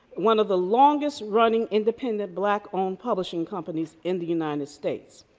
one of the longest-running independent black-owned publishing companies in the united states.